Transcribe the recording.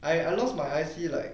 I I lost my I_C like